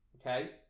okay